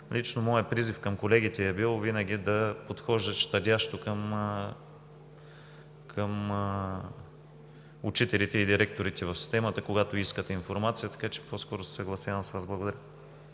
Лично моят призив към колегите е бил винаги да подхождат щадящо към учителите и директорите в системата, когато искат информация, така че по-скоро се съгласявам с Вас. Благодаря.